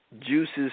juices